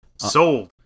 Sold